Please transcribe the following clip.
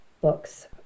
books